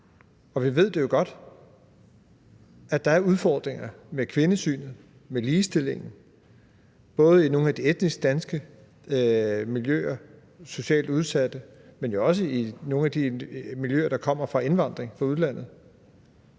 og vi ved godt, at der er udfordringer med kvindesynet, med ligestillingen, både i nogle af de etnisk danske miljøer, socialt udsatte, men jo også i nogle af de miljøer, der kommer fra indvandring fra udlandet.